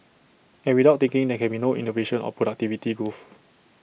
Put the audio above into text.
and without thinking there can be no innovation or productivity growth